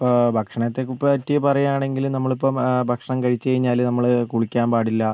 ഇപ്പം ഭക്ഷണത്തെ പറ്റി പറയാണെങ്കിൽ നമ്മളിപ്പം ഭക്ഷണം കഴിച്ച് കഴിഞ്ഞാൽ നമ്മൾ കുളിക്കാൻ പാടില്ല